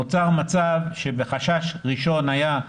נוצר מצב שבחשש ראשון היה,